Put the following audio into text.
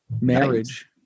marriage